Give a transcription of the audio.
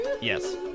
Yes